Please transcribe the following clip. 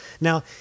Now